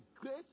great